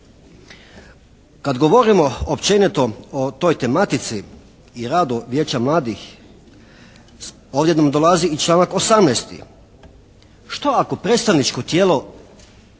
Kada govorimo općenito o toj tematici i radu Vijeća mladih odjednom dolazi i članak 18., što ako predstavničko tijelo